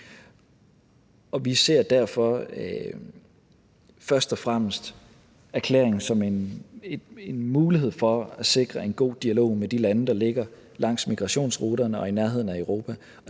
vi ser derfor først og fremmest erklæringen som en mulighed for at sikre en god dialog med de lande, der ligger langs migrationsruterne og i nærheden af Europa,